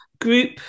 group